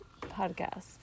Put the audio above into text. podcast